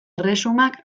erresumak